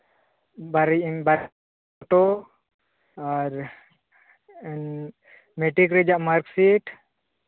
ᱵᱟᱨᱭᱟ ᱵᱟᱨ copy photo ᱟᱨ ᱢᱮᱴᱨᱤᱠ ᱨᱮᱭᱟᱜ ᱢᱟᱨᱠᱥᱤᱴ